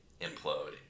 implode